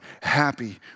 happy